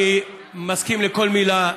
אני מסכים לכל מילה,